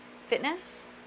fitness